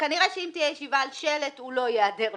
כנראה שאם תהיה ישיבה על שלט הוא לא ייעדר ממנה.